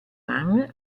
mann